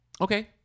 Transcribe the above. okay